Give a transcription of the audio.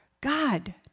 God